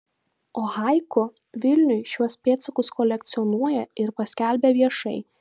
o haiku vilniui šiuos pėdsakus kolekcionuoja ir paskelbia viešai